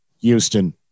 Houston